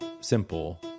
simple